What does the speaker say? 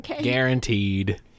Guaranteed